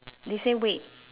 they say wait